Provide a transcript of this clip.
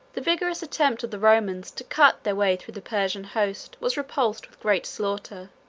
the vigorous attempt of the romans to cut their way through the persian host was repulsed with great slaughter